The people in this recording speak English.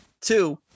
Two